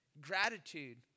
Gratitude